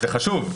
זה חשוב,